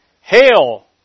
Hail